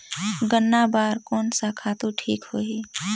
गन्ना बार कोन सा खातु ठीक होही?